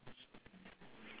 uh yes correct